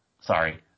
sorry